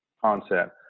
concept